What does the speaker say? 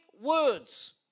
words